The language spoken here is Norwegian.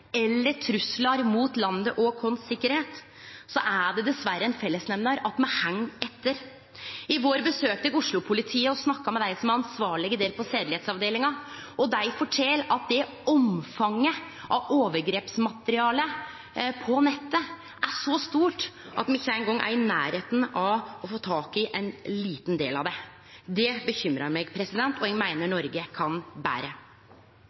eller truslar mot landet og vår sikkerheit, er det dessverre ein fellesnemnar at me heng etter. I vår besøkte eg Oslo-politiet og snakka med dei som er ansvarlege på sedelegheitsavdelinga, og dei fortel at omfanget av overgrepsmateriale på nettet er så stort at me ikkje eingong er i nærleiken av å få tak i ein liten del av det. Det bekymrar meg, og eg meiner Noreg kan betre.